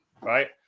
right